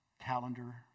calendar